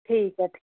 ਠੀਕ ਐ ਠੀ